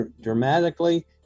dramatically